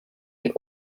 die